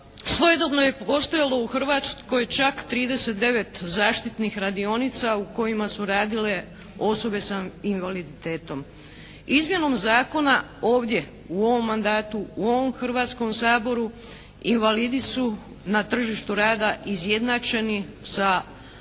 svojedobno je postojalo u Hrvatskoj čak 39 zaštitnih radionica u kojima su radile osobe sa invaliditetom. Izmjenom zakona ovdje u ovom mandatu, u ovom Hrvatskom saboru invalidi su na tržištu rada izjednačeni sa ostalim